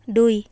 দুই